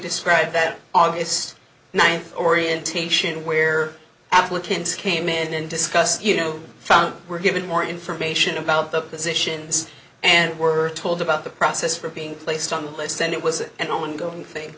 describe that august ninth orientation where applicants came in and discussed you know found were given more information about the positions and were told about the process for being placed on the list and it was it and ongoing thing